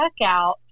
checkout